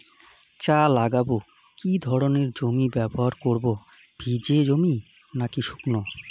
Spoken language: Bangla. চা লাগাবো কি ধরনের জমি ব্যবহার করব ভিজে জমি নাকি শুকনো?